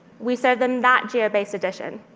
we serve them that geo based edition.